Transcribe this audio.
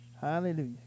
Hallelujah